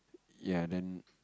ya and then